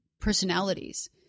personalities